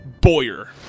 Boyer